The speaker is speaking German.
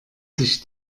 sich